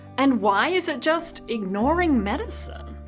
and why is it just ignoring medicine?